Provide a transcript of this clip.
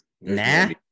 nah